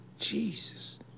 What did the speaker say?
Jesus